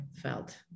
felt